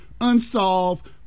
unsolved